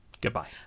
goodbye